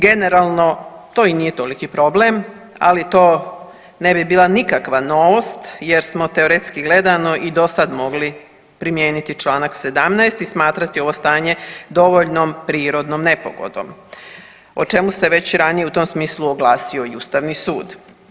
Generalno to i nije toliki problem, ali to ne bi bila nikakva novost jer smo teoretski gledano i dosada mogli primijeniti Članak 17. i smatrati ovo stanje dovoljnom prirodnom nepogodom o čemu se već ranije u tom smislu oglasio i Ustavni sud.